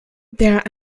der